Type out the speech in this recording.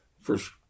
First